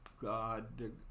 God